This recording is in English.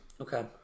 Okay